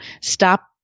stop